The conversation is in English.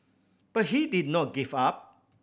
but he did not give up